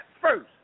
first